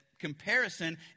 Comparison